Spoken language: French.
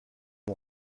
mon